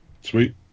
Sweet